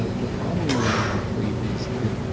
ah the problem with an incomplete is it,